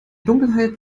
dunkelheit